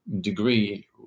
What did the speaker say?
degree